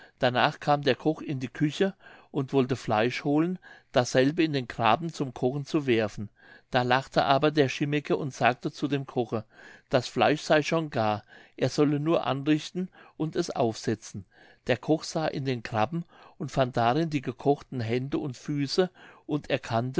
danach kam der koch in die küche und wollte fleisch holen dasselbe in den grapen zum kochen zu werfen da lachte aber der chimmeke und sagte zu dem koche das fleisch sey schon gar er solle nur anrichten und es aufsetzen der koch sah in den grapen und fand darin die gekochten hände und füße und erkannte